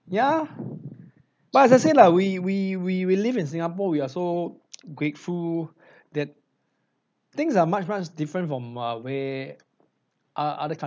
ya but as I say lah we we we we live in singapore we are so grateful that things are much much different from err where oth~ other